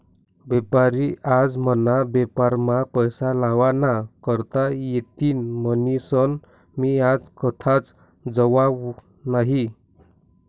बेपारी आज मना बेपारमा पैसा लावा ना करता येतीन म्हनीसन मी आज कथाच जावाव नही